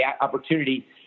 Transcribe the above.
opportunity